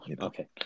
okay